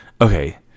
Okay